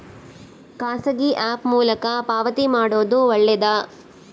ಖಾಸಗಿ ಆ್ಯಪ್ ಮೂಲಕ ಪಾವತಿ ಮಾಡೋದು ಒಳ್ಳೆದಾ?